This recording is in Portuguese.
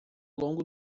longo